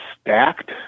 stacked